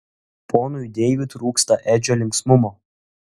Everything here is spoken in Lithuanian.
ponui deiviui trūksta edžio linksmumo